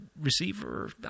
receiver